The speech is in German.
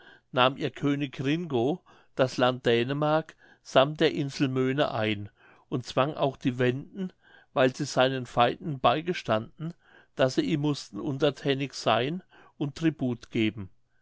nahm ihr könig ringo das land dänemark sammt der insel möne ein und zwang auch die wenden weil sie seinen feinden beigestanden daß sie ihm mußten unterthänig sein und tribut geben